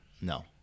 No